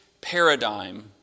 paradigm